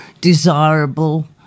desirable